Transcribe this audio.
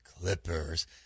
Clippers